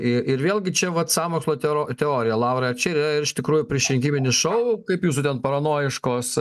ir vėlgi čia vat sąmokslo tero teorija laurai ar čia iš tikrųjų priešrinkiminis šou kaip jūsų ten paranojiškos